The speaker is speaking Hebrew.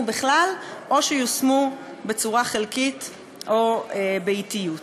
בכלל או שיושמו בצורה חלקית או באטיות.